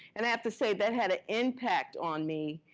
and i have to say, that had an impact on me,